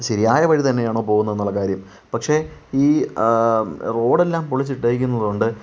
ശരിയായ വഴി തന്നെയാണോ പോകുന്നത് എന്ന കാര്യം പക്ഷേ ഈ റോഡ് എല്ലാം പൊളിച്ചിട്ടിരിക്കുന്നത് കൊണ്ട്